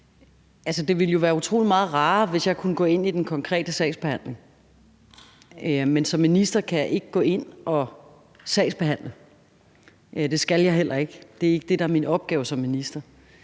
det ville jo være utrolig meget rarere, hvis jeg kunne gå ind i den konkrete sagsbehandling, men som minister kan jeg ikke gå ind og sagsbehandle. Det skal jeg heller ikke. Det er ikke det, der er min opgave som minister.